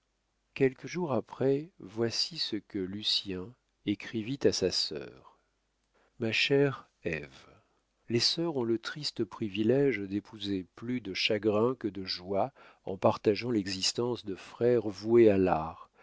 quelques jours après voici ce que lucien écrivit à sa sœur ma chère ève les sœurs ont le triste privilége d'épouser plus de chagrins que de joies en partageant l'existence de frères voués à l'art